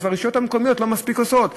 והרשויות המקומיות לא עושות מספיק.